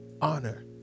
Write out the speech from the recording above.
honor